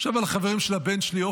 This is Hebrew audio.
אני חושב על חברים של הבן שלי.